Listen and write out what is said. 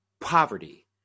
poverty